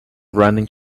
running